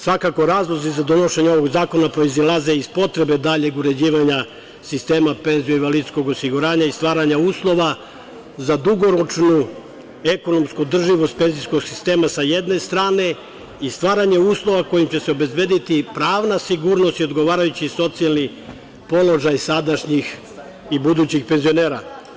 Svakako razlozi za donošenje ovog zakona proizilaze i potrebe daljeg uređivanja sistema PIO i stvaranja uslova za dugoročnu ekonomsku održivost ekonomskog sistema sa jedne strane i stvaranja uslova kojim će se obezbediti pravna sigurnost i odgovarajući socijalni položaj sadašnjih i budućih penzionera.